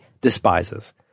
despises